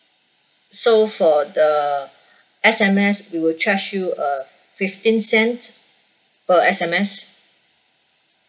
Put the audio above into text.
so for the S_M_S we will charge you uh fifteen cent per S_M_S